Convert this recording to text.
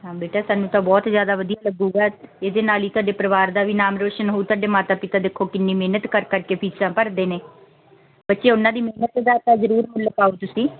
ਹਾਂ ਬੇਟਾ ਤੈਨੂੰ ਤਾਂ ਬਹੁਤ ਜ਼ਿਆਦਾ ਵਧੀਆ ਲੱਗੇਗਾ ਇਹਦੇ ਨਾਲ ਹੀ ਤੁਹਾਡੇ ਪਰਿਵਾਰ ਦਾ ਵੀ ਨਾਮ ਰੋਸ਼ਨ ਹੋਊ ਤੁਹਾਡੇ ਮਾਤਾ ਪਿਤਾ ਦੇਖੋ ਕਿੰਨੀ ਮਿਹਨਤ ਕਰ ਕਰਕੇ ਫੀਸਾਂ ਭਰਦੇ ਨੇ ਬੱਚੇ ਉਹਨਾਂ ਦੀ ਮਿਹਨਤ ਦਾ ਤਾਂ ਜ਼ਰੂਰ ਮੁੱਲ ਪਾਓ ਤੁਸੀਂ